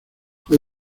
fue